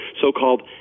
so-called